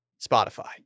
Spotify